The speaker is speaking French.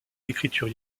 l’écriture